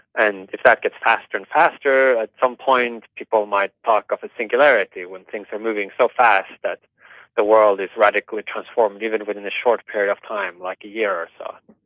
and if that gets faster and faster, at some point, people might talk of a singularity when things are moving so fast that the world is radically transformed even within a short period of time, like a year or so.